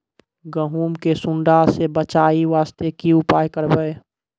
गहूम के सुंडा से बचाई वास्ते की उपाय करबै?